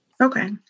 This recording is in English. Okay